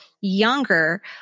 younger